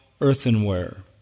earthenware